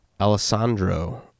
Alessandro